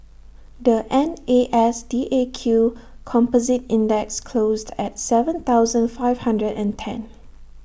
the N A S D A Q composite index closed at Seven thousand five hundred and ten